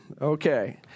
Okay